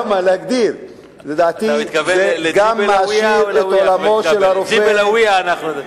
אתה מתכוון "ג'ב אל הוויה".